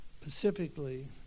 Specifically